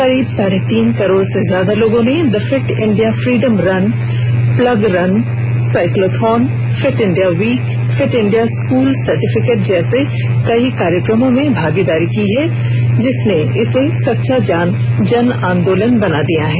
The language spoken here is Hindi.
करीब साढ़े तीन करोड़ से जयादा लोगों ने the fit India freedom run plog run cyclothon fit India week fit India school certificate जैसे कई कार्यक्रमों में भागीदारी की है जिसने इसे सच्चा जन आंदोलन बना दिया है